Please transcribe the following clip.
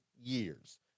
years